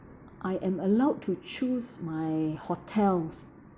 I am allowed to choose my hotels